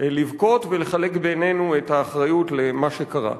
לבכות ולחלק בינינו את האחריות למה שקרה.